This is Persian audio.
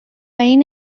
این